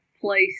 place